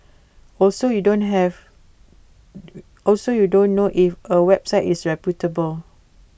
also you don't have also you don't know if A website is reputable